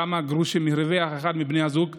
כמה גרושים הרוויח אחד מבני הזוג,